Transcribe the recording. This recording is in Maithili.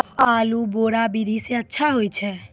आलु बोहा विधि सै अच्छा होय छै?